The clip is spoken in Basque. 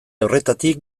horretatik